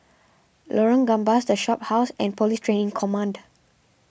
Lorong Gambas the Shophouse and Police Training Command